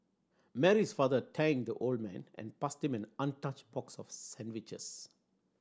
Mary's father thanked the old man and passed him an untouched box of sandwiches